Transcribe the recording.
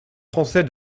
français